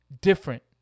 different